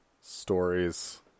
stories